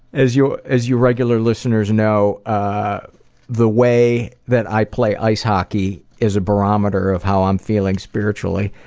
as you as you regular listeners know, ah the way that i play ice hockey is a barometer of how i'm feeling spiritually.